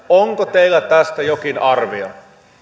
onko teillä tästä jokin arvio